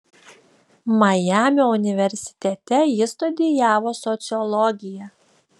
majamio universitete ji studijavo sociologiją